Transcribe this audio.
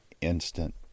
instant